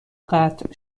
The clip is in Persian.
قطع